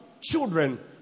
Children